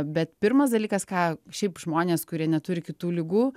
bet pirmas dalykas ką šiaip žmonės kurie neturi kitų ligų